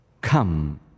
Come